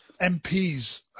MPs